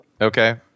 Okay